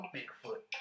Bigfoot